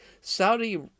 Saudi